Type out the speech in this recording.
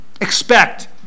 Expect